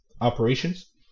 operations